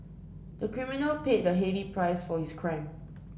the criminal paid a heavy price for his crime